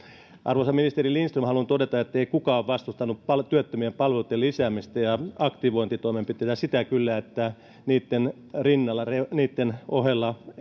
arvoisa ministeri lindström haluan todeta että kukaan ei vastustanut työttömien palveluitten lisäämistä ja aktivointitoimenpiteitä sitä kyllä että niitten rinnalla niitten ohella